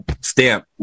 stamp